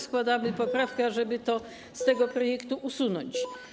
Składamy poprawkę, żeby to z tego projektu usunąć.